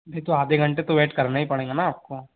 नहीं तो आधे घंटे वेट तो वेट करना ही पड़ेंगा ना आपको